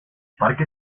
parque